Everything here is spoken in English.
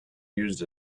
used